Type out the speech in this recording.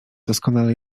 doskonale